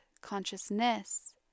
consciousness